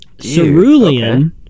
Cerulean